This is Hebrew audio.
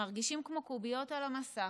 מרגישים כמו קוביות על המסך,